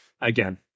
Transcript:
Again